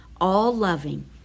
all-loving